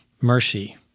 mercy